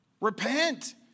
Repent